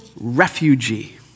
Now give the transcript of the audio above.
refugee